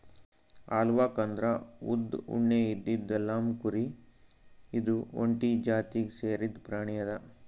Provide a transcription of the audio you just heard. alpaca ಅಂದ್ರ ಉದ್ದ್ ಉಣ್ಣೆ ಇದ್ದಿದ್ ಲ್ಲಾಮ್ಕುರಿ ಇದು ಒಂಟಿ ಜಾತಿಗ್ ಸೇರಿದ್ ಪ್ರಾಣಿ ಅದಾ